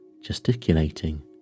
gesticulating